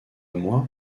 moi